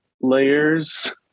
layers